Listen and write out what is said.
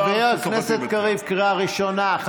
חבר הכנסת קריב, קריאה ראשונה.